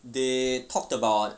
they talked about